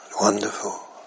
Wonderful